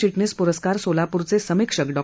चिटणीस पुरस्कार सोलापूरचे समीक्षक डॉ